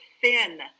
thin